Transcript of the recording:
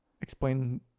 Explain